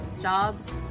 jobs